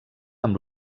amb